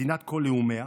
מדינת כל לאומיה,